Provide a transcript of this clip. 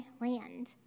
land